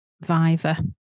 Viva